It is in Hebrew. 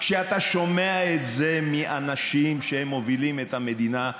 כשאתה שומע את זה מאנשים שמובילים את המדינה,